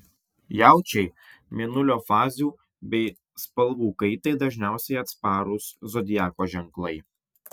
jaučiai mėnulio fazių bei spalvų kaitai dažniausiai atsparūs zodiako ženklai